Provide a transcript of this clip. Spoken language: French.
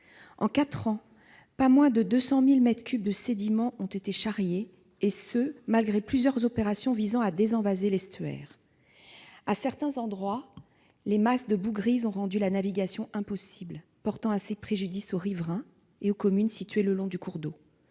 de deux cent mille mètres cubes de sédiments ont été charriés, et ce malgré plusieurs opérations visant à désenvaser l'estuaire. En certains endroits, les masses de boues grises ont rendu la navigation impossible, portant ainsi préjudice aux riverains et aux communes situées le long du cours d'eau.